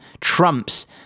trumps